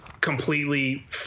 completely